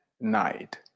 night